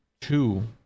two